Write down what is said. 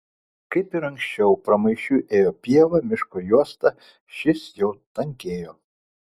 kaip ir anksčiau pramaišiui ėjo pieva miško juosta šis jau tankėjo